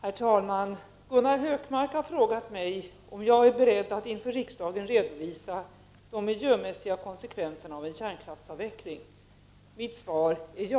Herr talman! Gunnar Hökmark har frågat mig om jag är beredd att inför riksdagen redovisa de miljömässiga konsekvenserna av en kärnkraftsavveckling. Mitt svar är ja!